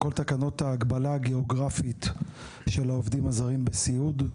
כל התקנות ההגבלה הגיאוגרפית של העובדים הזרים בסיעוד.